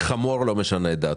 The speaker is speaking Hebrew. חמור לא משנה את דעתו.